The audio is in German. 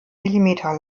millimeter